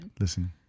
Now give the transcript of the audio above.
listen